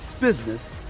business